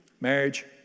Marriage